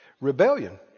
Rebellion